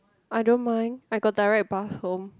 I don't mind I got direct bus home